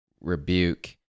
rebuke